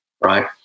right